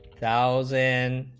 thousand